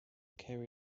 carry